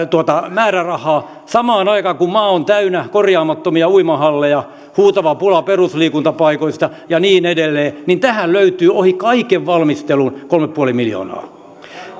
määrärahaa samaan aikaan kun maa on täynnä korjaamattomia uimahalleja huutava pula perusliikuntapaikoista ja niin edelleen niin tähän löytyy ohi kaiken valmistelun kolme pilkku viisi miljoonaa